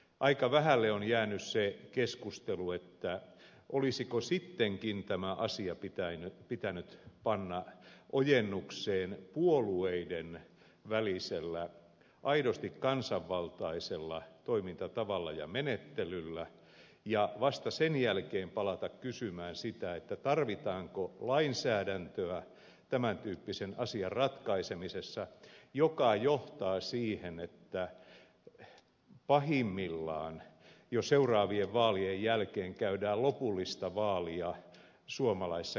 aika vähälle on jäänyt se keskustelu olisiko sittenkin tämä asia pitänyt panna ojennukseen puolueiden välisellä aidosti kansanvaltaisella toimintatavalla ja menettelyllä ja vasta sen jälkeen palata kysymään sitä tarvitaanko tämän tyyppisen asian ratkaisemisessa lainsäädäntöä joka johtaa siihen että pahimmillaan jo seuraavien vaalien jälkeen käydään lopullista vaalia suomalaisissa käräjäsaleissa